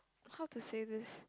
how to say this